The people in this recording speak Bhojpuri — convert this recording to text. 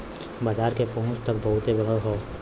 बाजार के पहुंच त बहुते बढ़ल हौ